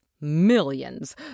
millions